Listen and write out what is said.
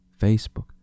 Facebook